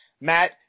Matt